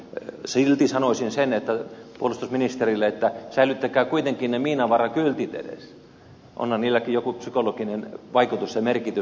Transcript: silti sanoisin puolustusministerille sen että säilyttäkää kuitenkin ne miinavarakyltit edes onhan niilläkin joku psykologinen vaikutus ja merkitys